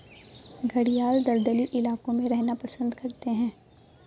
घड़ियाल दलदली इलाकों में रहना पसंद करते हैं